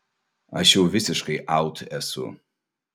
aš jau visiškai aut esu